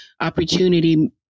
opportunity